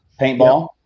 paintball